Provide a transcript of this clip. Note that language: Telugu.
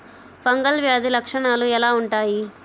ఫంగల్ వ్యాధి లక్షనాలు ఎలా వుంటాయి?